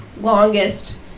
longest